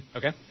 okay